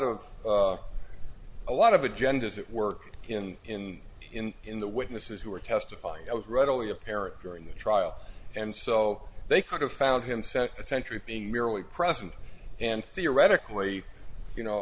of a lot of agendas that work in in in in the witnesses who are testifying it readily apparent during the trial and so they could have found him sent a century of being merely present and theoretically you know